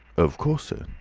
of course, sir.